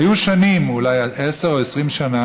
היו שנים, אולי 10 או 20 שנה,